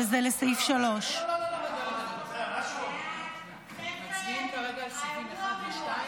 וזה לסעיף 3. מצביעים כרגע על סעיפים 1 ו-2